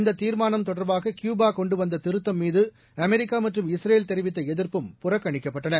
இந்த தீர்மானம் தொடர்பாக கியூபா கொண்டு வந்த திருத்தம் மீது அமெரிக்கா மற்றும் இஸ்ரேல் தெரிவித்த எதிர்ப்பும் புறக்கணிக்கப்பட்டன